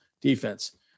defense